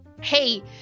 Hey